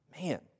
Man